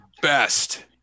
best